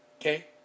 okay